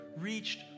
reached